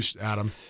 Adam